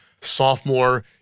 sophomore